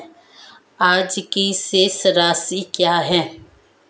आज की शेष राशि क्या है?